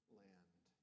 land